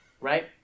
Right